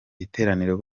iteraniro